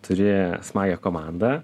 turi smagią komandą